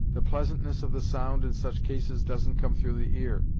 the pleasantness of the sound, in such cases, doesn't come through the ear,